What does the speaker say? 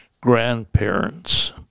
grandparents